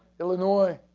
illinois.